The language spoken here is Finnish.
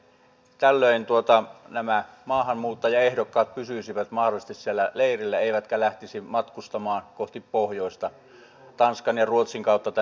tällöin nämä maahanmuuttajaehdokkaat pysyisivät mahdollisesti siellä leirillä eivätkä lähtisi matkustamaan kohti pohjoista tanskan ja ruotsin kautta tänne suomeen